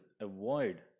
avoid